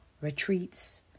retreats